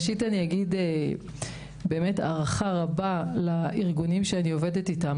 ראשית אציין ערכה רבה לארגונים שאני עובדת אתם.